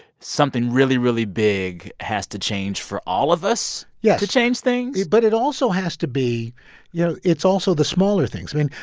something really, really big has to change for all of us. yes. yeah to change things but it also has to be you know, it's also the smaller things. i mean,